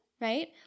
right